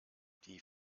die